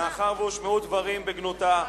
מאחר שהושמעו דברים בגנותה,